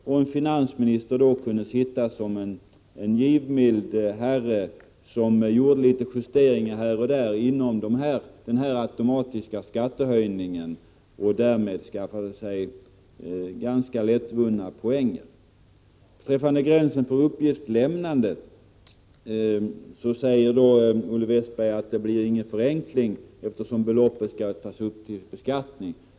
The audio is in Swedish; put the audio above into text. Då kunde finansministern framstå som en givmild herre när ha gjorde små justeringar här och där inom den automatiska skattehöjningen och därmed skaffade sig ganska lättvunna poäng. Beträffande gränsen för uppgiftslämnandet säger Olle Westberg att det blir ingen förenkling, eftersom beloppet skall tas upp till beskattning.